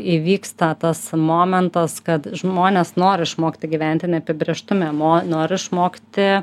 įvyksta tas momentas kad žmonės nori išmokti gyventi neapibrėžtume mo nori išmokti